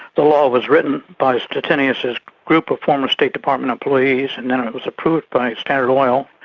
the law was written by stettinius's group of former state department employees and then it was approved by standard oil,